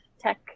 tech